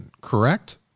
correct